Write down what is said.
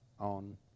on